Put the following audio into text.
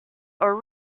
are